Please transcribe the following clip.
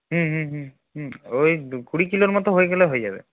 হুম হুম হুম হুম ওই কুড়ি কিলোর মতো হয়ে গেলে হয়ে যাবে